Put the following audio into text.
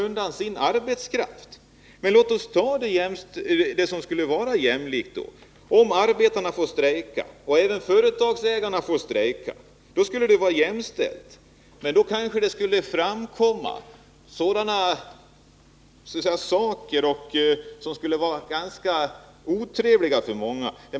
Låt oss ta ett exempel på något som skulle vara jämlikt: Om arbetarna fick arbetsplatsen? De kan bara dra undan sin egen arbets strejka och även företagsägarna fick stejka, då skulle situationen vara jämställd. Men då kanske det skulle framkomma saker som skulle kännas ganska otrevliga för många.